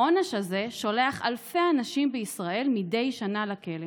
העונש הזה שולח אלפי אנשים בישראל מדי שנה לכלא.